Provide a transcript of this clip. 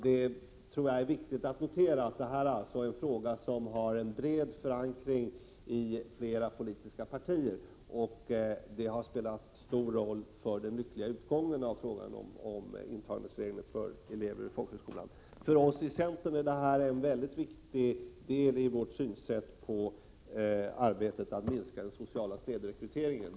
Det är viktigt att notera att denna fråga har en bred förankring i flera politiska partier, och det har spelat stor roll för den lyckliga utgången av frågan om intagningsregler för elever i folkhögskolan. För oss i centern är detta en viktig del i vårt arbete med att minska den sociala snedrekryteringen.